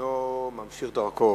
בנו, ממשיך דרכו,